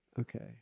Okay